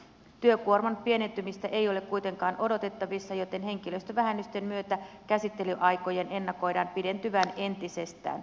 työkuorman pienentymistä ei ole kuitenkaan odotettavissa joten henkilöstövähennysten myötä käsittelyaikojen ennakoidaan pidentyvän entisestään